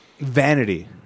Vanity